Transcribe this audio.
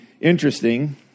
interesting